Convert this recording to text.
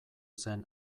zen